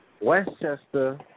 Westchester